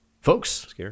Folks